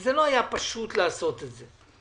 וזה לא היה פשוט לעשות את זה.